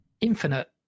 infinite